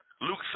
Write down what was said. Luke